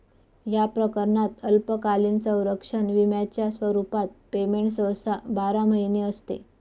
या प्रकरणात अल्पकालीन संरक्षण विम्याच्या स्वरूपात पेमेंट सहसा बारा महिने असते